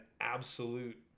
absolute